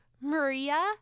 Maria